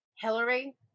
Hillary